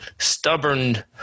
stubborn